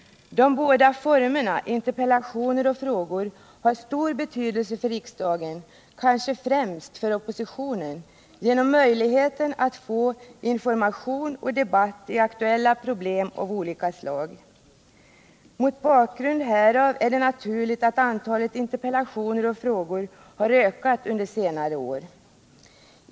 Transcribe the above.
De båda formerna — interpellationer och frågor — har stor betydelse för riksdagen, kanske främst för oppositionen, genom möjligheten att få information om och debatt i aktuella problem av skilda slag. Mot bakgrund härav är det naturligt att antalet interpellationer och frågor har ökat under senare år.